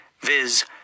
viz